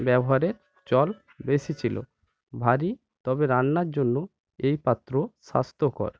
ব্যবহারের চল বেশি ছিল ভারী তবে রান্নার জন্য এই পাত্র স্বাস্থ্যকর